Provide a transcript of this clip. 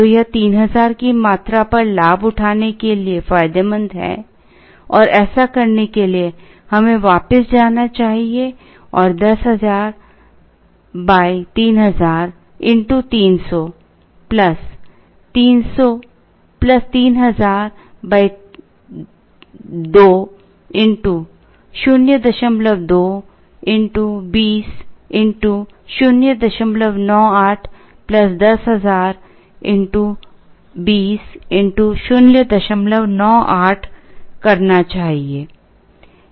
तो यह 3000 की मात्रा पर लाभ उठाने के लिए फायदेमंद है और ऐसा करने के लिए हमें वापस जाना चाहिए और 10000 3000300 3000 2 02 20 098 10000 20 098 करना चाहिए